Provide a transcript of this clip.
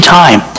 time